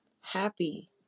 Happy